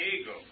Eagle